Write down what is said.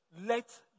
let